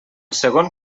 segon